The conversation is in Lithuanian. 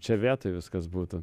čia vietoj viskas būtų